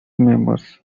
members